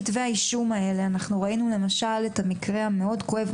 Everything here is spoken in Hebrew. אנחנו ראינו למשל את המקרה המאוד כואב,